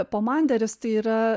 pomanderis tai yra